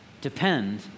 depend